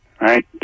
right